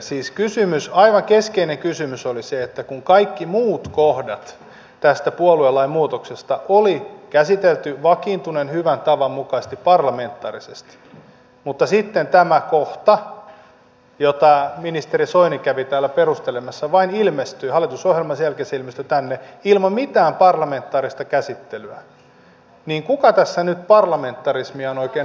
siis aivan keskeinen kysymys oli se kun kaikki muut kohdat tästä puoluelain muutoksesta oli käsitelty vakiintuneen hyvän tavan mukaisesti parlamentaarisesti mutta sitten tämä kohta jota ministeri soini kävi täällä perustelemassa vain ilmestyy hallitusohjelmaan ja sen jälkeen se ilmestyi tänne ilman mitään parlamentaarista käsittelyä kuka tässä nyt parlamentarismia on oikein hukuttamassa